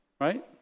Right